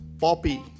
poppy